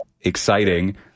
Exciting